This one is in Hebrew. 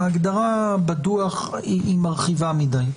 ההגדרה בדוח היא מרחיבה מדי.